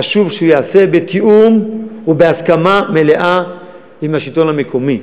חשוב שהוא ייעשה בתיאום ובהסכמה מלאה עם השלטון המקומי,